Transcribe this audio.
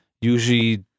Usually